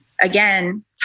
again